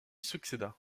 succéda